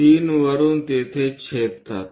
3 वरून तिथे छेदतात